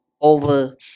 over